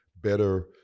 better